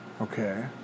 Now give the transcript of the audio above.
Okay